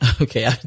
Okay